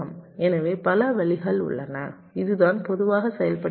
எனவே பல வழிகள் உள்ளன இதுதான் பொதுவாக செய்யப்படுகிறது